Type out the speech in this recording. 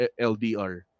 LDR